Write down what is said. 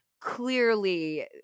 clearly